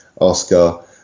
Oscar